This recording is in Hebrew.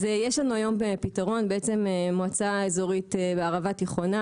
אז יש לנו היום פיתרון בעצם מועצה אזורית בערבה תיכונה,